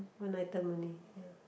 one item only ya